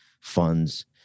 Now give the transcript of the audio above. funds